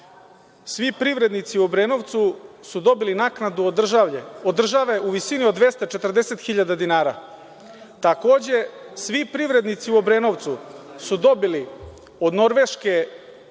svi privrednici u Obrenovcu su dobili naknadu od države u visini od 240 hiljada dinara. Takođe, svi privrednici u Obrenovcu su dobili o Norveške